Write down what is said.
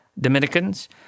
Dominicans